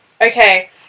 Okay